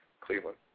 Cleveland